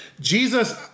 Jesus